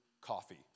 coffee